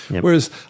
whereas